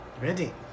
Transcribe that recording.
Ready